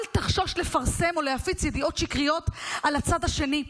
אל תחשוש לפרסם או להפיץ ידיעות שקריות על הצד השני.